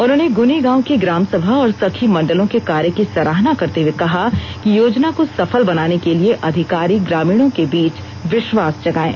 उन्होंने ग्नी गांव की ग्रामसभा और सखी मंडलों के कार्य की सराहना करते हुए कहा कि योजना को सफल बनाने के लिए अधिकारी ग्रामीणों के बीच विश्वास जगाएं